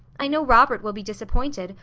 i know robert will be disappointed,